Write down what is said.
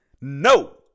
No